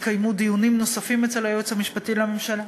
התקיימו דיונים נוספים אצל היועץ המשפטי לממשלה